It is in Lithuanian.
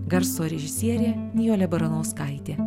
garso režisierė nijolė baranauskaitė